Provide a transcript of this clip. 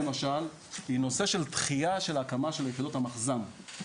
למשל, היא נושא של דחייה של הקמת יחידות המחז"מ.